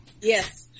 Yes